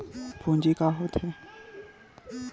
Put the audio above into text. पूंजी का होथे?